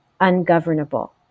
ungovernable